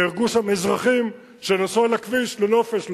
נהרגו שם אזרחים שנסעו על הכביש לנופש.